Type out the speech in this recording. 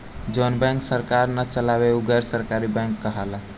जवन बैंक सरकार ना चलावे उ गैर सरकारी बैंक कहाला